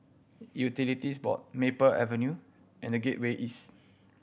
Utilities Board Maple Avenue and The Gateway East